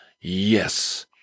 Yes